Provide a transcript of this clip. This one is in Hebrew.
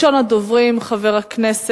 הצעות מס'